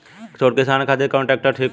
छोट किसान खातिर कवन ट्रेक्टर ठीक होई?